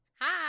Hi